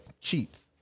cheats